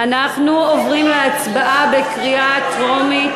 אנחנו עוברים להצבעה בקריאה טרומית